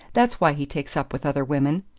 that's why he takes up with other women.